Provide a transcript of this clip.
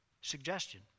suggestion